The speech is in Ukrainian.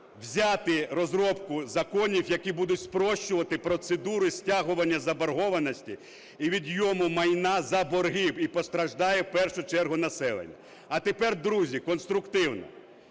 взяти розробку законів, які будуть спрощувати процедури стягування заборгованості і відйому майна за борги і постраждає в першу чергу населення. А тепер, друзі, конструктивно.